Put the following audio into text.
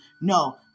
No